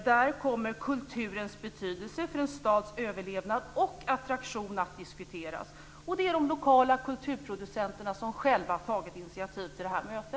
Där kommer Kulturens betydelse för en stads överlevnad och attraktion att diskuteras. Det är de lokala kulturproducenterna som själva tagit initiativet till detta möte.